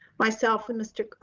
myself and mr.